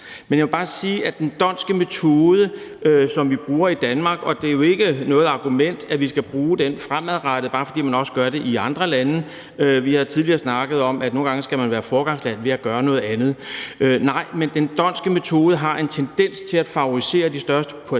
Men jeg vil bare sige, at den d'Hondtske metode, som vi bruger i Danmark – og det er jo ikke noget argument, at vi skal bruge den fremadrettet, bare fordi man også gør det i andre lande, for vi har tidligere gange snakket om, at man nogle gange skal være foregangsland ved at gøre noget andet – har en tendens til at favorisere de største partier.